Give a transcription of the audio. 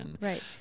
Right